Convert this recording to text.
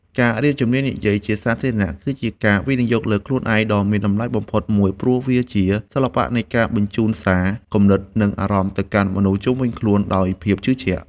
ការរៀនជំនាញនិយាយជាសាធារណៈ គឺជាការវិនិយោគលើខ្លួនឯងដ៏មានតម្លៃបំផុតមួយ ព្រោះវាជាសិល្បៈនៃការបញ្ជូនសារ គំនិត និងអារម្មណ៍ទៅកាន់មនុស្សជុំវិញខ្លួនដោយភាពជឿជាក់។